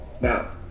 Now